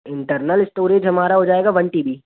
internal storage हमारा हो जाएगा वन टी बी